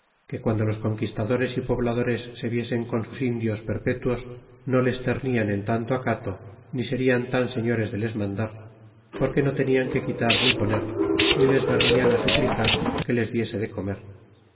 que guando los conquistadores y pobladores se viesen con sus indios perpetuos no les ternian en tanto acato ni serian tan señores de les mandar porque no tenían que quitar ni poner ni les vernian suplicar que les diese de comer